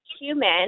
human